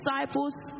disciples